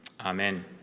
Amen